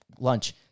lunch